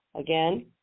again